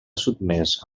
sotmès